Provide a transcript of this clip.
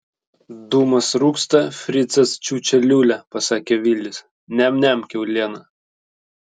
dūmas rūksta fricas čiūčia liūlia pasakė vilis niam niam kiaulieną